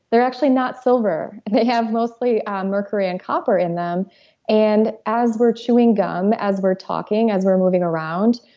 they're actually not silver. they have mostly um mercury and copper in them and as we're chewing gum, as we're talking, as we're moving around,